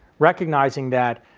recognizing that,